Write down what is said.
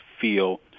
feel